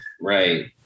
Right